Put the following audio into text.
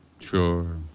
Sure